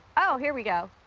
oh, here we go.